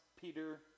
Peter